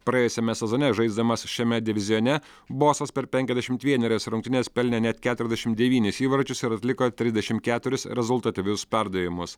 praėjusiame sezone žaisdamas šiame divizione bosas per penkiasdešimt vienerias rungtynes pelnė net keturiasdešim devynis įvarčius ir atliko trisdešim keturis rezultatyvius perdavimus